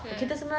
mm